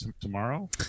tomorrow